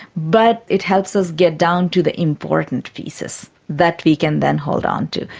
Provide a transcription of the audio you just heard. but it helps us get down to the important pieces that we can then hold on to.